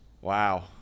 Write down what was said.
Wow